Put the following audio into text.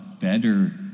better